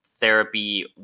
therapy